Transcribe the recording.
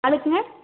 ஆளுக்குங்க